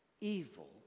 evil